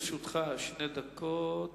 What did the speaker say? לרשותך שתי דקות.